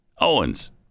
Owens